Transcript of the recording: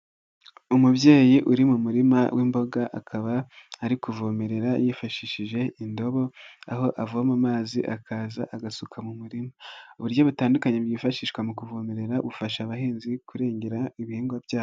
Umubyeyi uri mu murima w'imboga, akaba ari kuvomerera yifashishije indobo aho avoma amazi akaza agasuka mu murima, uburyo butandukanye bwifashishwa mu kuvomerera bufasha abahinzi kurengera ibihingwa byabo.